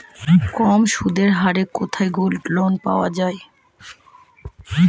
কম সুদের হারে কোথায় গোল্ডলোন পাওয়া য়ায়?